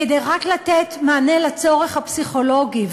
רק כדי לתת מענה לצורך הפסיכולוגי,